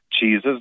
cheeses